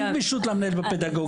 אין גמישות למנהל בפדגוגיה.